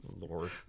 Lord